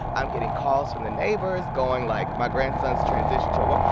i'm getting calls from the neighbors going, like, my grandson's transitioning to a woman.